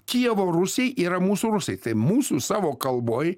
kijevo rusai yra mūsų rusai tai mūsų savo kalboj